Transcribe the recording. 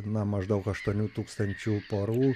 na maždaug aštuonių tūkstančių porų